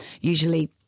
usually